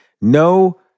No